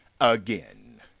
again